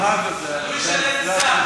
לא בטוח שקראת את זה.